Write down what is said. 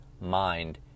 mind